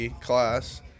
class